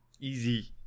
Easy